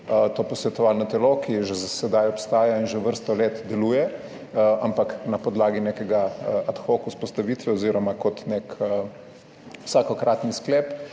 to posvetovalno telo, ki že sedaj obstaja in že vrsto let deluje, ampak na podlagi neke ad hoc vzpostavitve oziroma kot nek vsakokratni sklep.